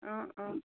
অঁ অঁ